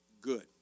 good